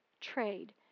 Trade